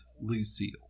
Lucille